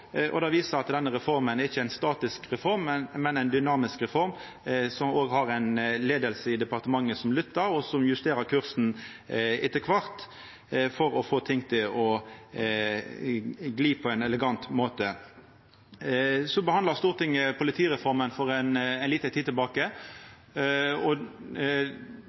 på. Det viser at denne reforma ikkje er ei statisk reform, men ei dynamisk reform, som òg har ei leiing i departementet som lyttar, og som justerer kursen etter kvart for å få ting til å gli på ein elegant måte. Stortinget behandla politireforma for ei lita tid tilbake.